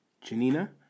Janina